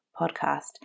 podcast